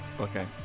Okay